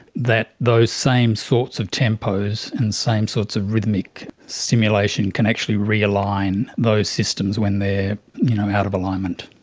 that those same sorts of tempos and same sorts of rhythmic stimulation can actually realign those systems when they are out of alignment.